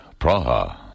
Praha